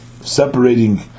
separating